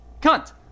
cunt